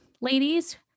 ladies